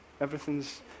Everything's